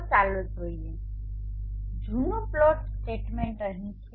તો ચાલો જોઈએ જૂનું પ્લોટ સ્ટેટમેન્ટ અહીં છે